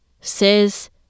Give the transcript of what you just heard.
says